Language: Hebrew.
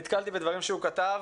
נתקלתי בדברים שגל כתב,